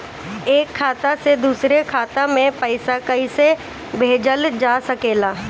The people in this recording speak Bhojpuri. एक खाता से दूसरे खाता मे पइसा कईसे भेजल जा सकेला?